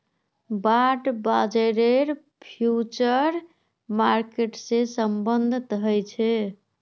bond बाजारेर future market से सम्बन्ध ह छे